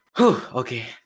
okay